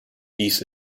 dies